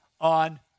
on